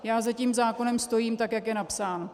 Já za tím zákonem stojím, tak jak je napsán.